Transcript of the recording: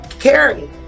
Carrie